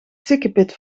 sikkepit